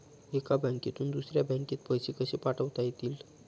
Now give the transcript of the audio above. एका बँकेतून दुसऱ्या बँकेत पैसे कसे पाठवता येतील?